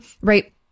right